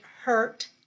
hurt